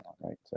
right